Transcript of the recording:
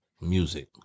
music